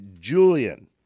Julian